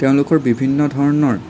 তেওঁলোকৰ বিভিন্ন ধৰণৰ